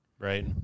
Right